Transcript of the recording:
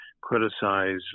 criticize